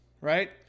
right